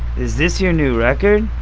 is this your new record?